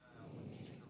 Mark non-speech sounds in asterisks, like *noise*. *breath*